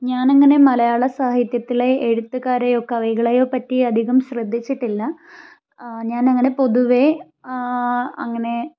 ഞാനങ്ങനെ മലയാള സാഹിത്യത്തിലെ എഴുത്തുകാരെയോ കവികളെയോ പറ്റി അധികം ശ്രദ്ധിച്ചിട്ടില്ല ഞാനങ്ങനെ പൊതുവെ അങ്ങനെ